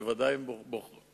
בוודאי הם בודקים